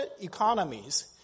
economies